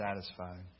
satisfied